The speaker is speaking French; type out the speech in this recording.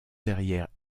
derrière